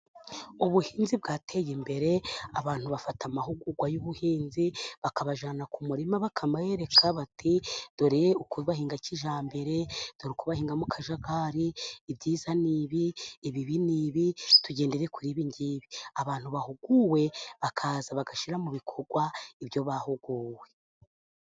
Ubuhinzi bwateye imbere, abantu bafata amahugurwa y'ubuhinzi, bakabajyana ku murima bakabereka bati:" Dore uko bahinga kijyambere, dore uko bahinga mu kajagari, ibyiza ni ibi, ibibi ni ibi, tugendere kure ibingibi". Abantu bahuguwe, bakaza bagashyira mu bikorwa ibyo bahuguwe.